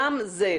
גם זה,